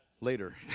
later